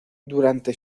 durante